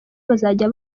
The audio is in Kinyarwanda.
bazajya